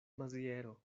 maziero